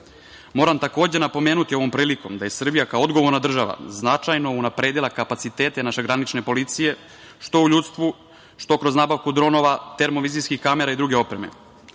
takođe, napomenuti ovom prilikom da je Srbija kao odgovorna država značajno unapredila kapacitete naše granične policije, što u ljudstvu, što kroz nabavku dronova, termovizijskih kamera i druge opreme.